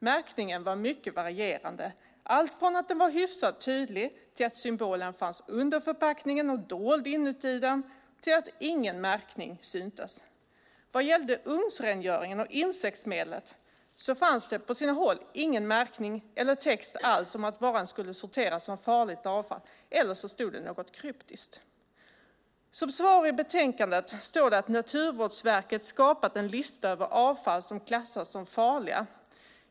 Märkningen var mycket varierande - allt från att den var hyfsat tydlig till att symbolen fanns under förpackningen och dold inuti den till att ingen märkning syntes. Vad gällde ugnsrengöringen och insektsmedlet fanns det på sina håll ingen märkning eller text alls om att varan skulle sorteras som farligt avfall, eller så stod det något kryptiskt. Som svar i betänkandet står det att Naturvårdsverket har skapat en lista över avfall som klassas som farligt.